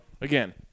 again